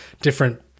different